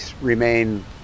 remain